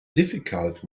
difficult